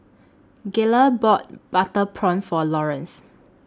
Gayla bought Butter Prawn For Lawrence